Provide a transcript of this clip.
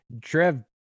Trev